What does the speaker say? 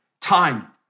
time